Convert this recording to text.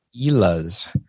ELAS